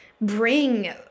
bring